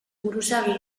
buruzagi